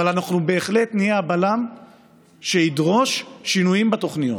אבל אנחנו בהחלט נהיה הבלם שידרוש שינויים בתוכניות,